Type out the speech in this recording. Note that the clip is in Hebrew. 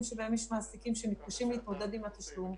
שבהם יש מעסיקים שמתקשים להתמודד עם התשלום,